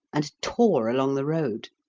and tore along the road.